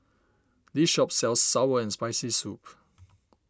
this shop sells Sour and Spicy Soup